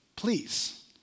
please